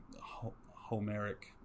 Homeric